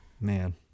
Man